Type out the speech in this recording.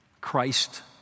Christ